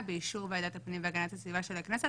באישור ועדת הפנים והגנת הסביבה של הכנסת,